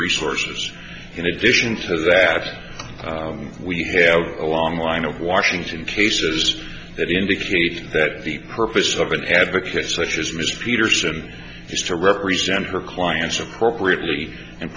resources in addition to that we have a long line of washington cases that indicate that the purpose of an advocate such as ms peterson is to represent her clients appropriately and